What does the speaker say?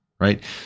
right